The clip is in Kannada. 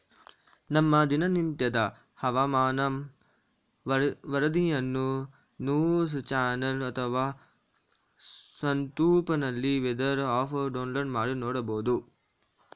ನಮ್ಮ ದಿನನಿತ್ಯದ ಹವಾಮಾನ ವರದಿಯನ್ನು ನ್ಯೂಸ್ ಚಾನೆಲ್ ಅಥವಾ ಸ್ಮಾರ್ಟ್ಫೋನ್ನಲ್ಲಿ ವೆದರ್ ಆಪ್ ಡೌನ್ಲೋಡ್ ಮಾಡಿ ನೋಡ್ಬೋದು